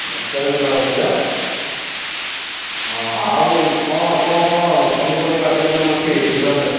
ଦଶଟାରେ କିଓ ହଁ ଆଉ କ'ଣ କ'ଣ କ'ଣ ପନିପରିବା ଆଭେଲେବୁଲ୍ ଅଛି ଏ ସିଜିନ୍ରେ